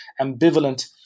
ambivalent